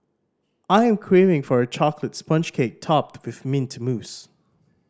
I am craving for a chocolate sponge cake topped with mint mousse